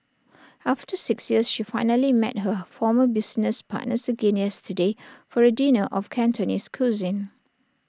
after six years she finally met her former business partners again yesterday for A dinner of Cantonese cuisine